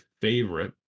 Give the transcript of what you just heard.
favorite